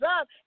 up